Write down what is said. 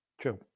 True